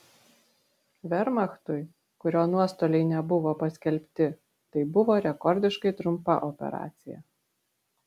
vermachtui kurio nuostoliai nebuvo paskelbti tai buvo rekordiškai trumpa operacija